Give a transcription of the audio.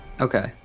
Okay